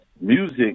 Music